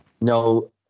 no –